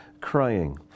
crying